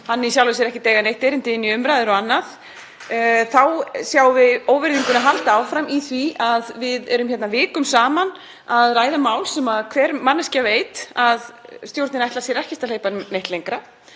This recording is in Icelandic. hann í sjálfu sér ekki eiga neitt erindi inn í umræður og annað. Þá óvirðingu sjáum við halda áfram í því að við erum hérna vikum saman að ræða mál sem hver manneskja veit að stjórnin ætlar sér ekki að hleypa neitt lengra